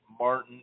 Martin